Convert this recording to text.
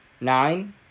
nine